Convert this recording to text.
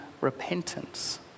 repentance